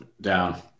down